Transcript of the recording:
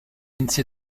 lindsay